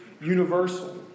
universal